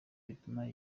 bituma